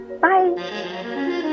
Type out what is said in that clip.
Bye